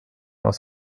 aus